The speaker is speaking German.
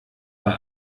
bei